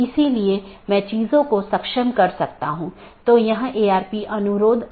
इसलिए EBGP साथियों के मामले में जब हमने कुछ स्लाइड पहले चर्चा की थी कि यह आम तौर पर एक सीधे जुड़े नेटवर्क को साझा करता है